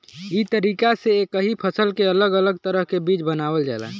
ई तरीका से एक ही फसल के अलग अलग तरह के बीज बनावल जाला